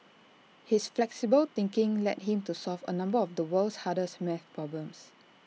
his flexible thinking led him to solve A number of the world's hardest math problems